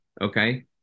Okay